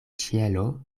ĉielo